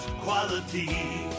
quality